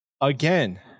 again